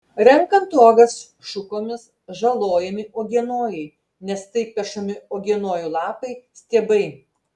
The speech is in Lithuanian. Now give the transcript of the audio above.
renkant uogas šukomis žalojami uogienojai nes taip pešami uogienojų lapai stiebai